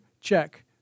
Check